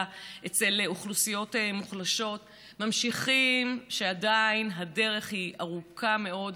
אצל אוכלוסיות מוחלשות ממחישים שעדיין הדרך ארוכה מאוד,